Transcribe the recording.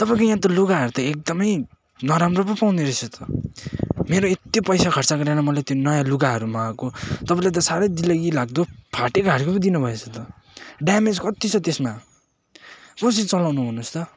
तपाईँको यहाँ त लुगाहरू त एकदमै नराम्रो पो पाउँदो रहेछ त मेरो यत्ति पैसा खर्च गरेर मलाई त्यो नयाँ लुगाहरू मगाएको तपाईँले त साह्रै दिल्लगी लाग्दो फाटिहालेको पो दिनु भएछ त ड्यामेज कत्ति छ त्यसमा कसरी चलाउनु भन्नोस् त